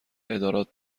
ادارات